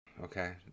Okay